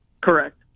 Correct